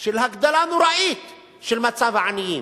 של הגדלה נוראית של מספר העניים,